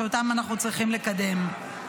שאותם אנחנו צריכים לקדם.